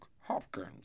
Hopkins